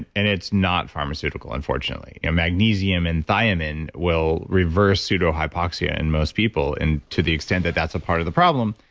and it's not pharmaceutical, unfortunately. yeah magnesium and thiamine will reverse pseudohypoxia in most people to the extent that that's a part of the problem,